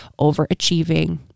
overachieving